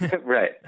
right